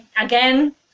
again